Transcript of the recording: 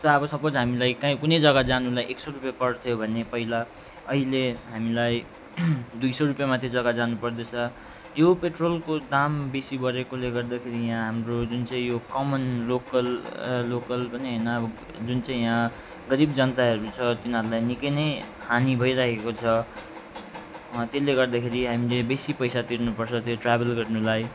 जस्तो अब सपोज हामीलाई काहीँ कुनै जग्गा जानुलाई एक सौ रुपियाँ पर्थ्यो भने पहिला अहिले हामीलाई दुई सौ रुपियाँमा त्यो जग्गा जानु पर्दछ यो पेट्रोलको दाम बेसी बढेकोले गर्दाखेरि यहाँ हाम्रो जुन चाहिँ यो कमन लोकल लोकल पनि होइन अब जुन चाहिँ यहाँ गरिब जनताहरू छ तिनीहरूलाई निकै नै हानि भइरहेको छ त्यसले गर्दाखेरि हामीले बेसी पैसा तिर्नुपर्छ त्यो ट्राभल गर्नुलाई